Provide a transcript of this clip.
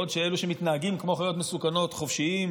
בעוד אלה שמתנהגים כמו חיות מסוכנות חופשיים,